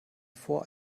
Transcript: vor